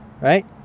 right